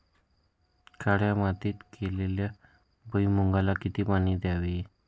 काळ्या मातीत केलेल्या भुईमूगाला किती पाणी द्यावे?